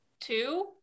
Two